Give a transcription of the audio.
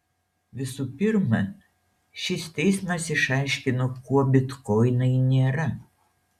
visų pirma šis teismas išaiškino kuo bitkoinai nėra